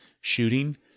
shooting